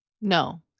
No